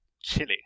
Chili